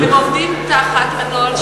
עובדים תחת הנוהל של רשם העמותות.